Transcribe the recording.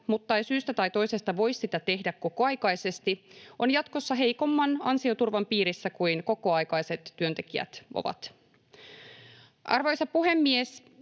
mutta ei syystä tai toisesta voi sitä tehdä kokoaikaisesti, on jatkossa heikomman ansioturvan piirissä kuin kokoaikaiset työntekijät ovat? Arvoisa puhemies!